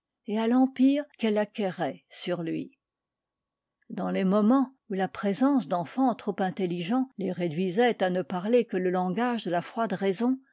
et à l'empire qu'elle acquérait sur lui dans les moments où la présence d'enfants trop intelligents les réduisait à ne parler que le langage de la froide raison